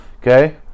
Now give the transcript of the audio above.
Okay